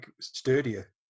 sturdier